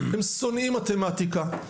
הם שונאים מתמטיקה,